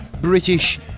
British